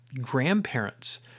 grandparents